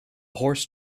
horse